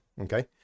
okay